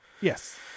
Yes